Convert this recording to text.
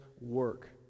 work